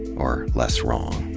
or less wrong?